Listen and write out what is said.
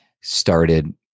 started